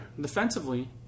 defensively